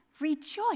rejoice